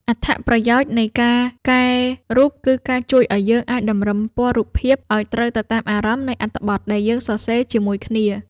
អត្ថប្រយោជន៍នៃការកែរូបគឺការជួយឱ្យយើងអាចតម្រឹមពណ៌រូបភាពឱ្យត្រូវទៅតាមអារម្មណ៍នៃអត្ថបទដែលយើងសរសេរជាមួយគ្នា។